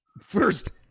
First